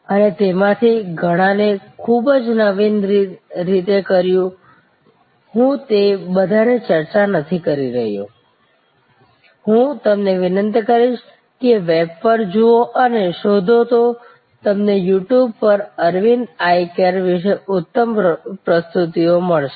અને તેમાંથી ઘણાને ખૂબ જ નવીન રીતે કર્યું હું તે બધાની ચર્ચા નથી કરી રહ્યો હું તમને વિનંતી કરીશ કે વેબ પર જુઓ અને શોધો તો તમને યૂ ટ્યૂબ પર અરવિંદ આઈ કેર વિશે ઉત્તમ પ્રસ્તુતિઓ મળશે